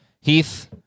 Heath